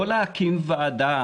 לא להקים ועדה,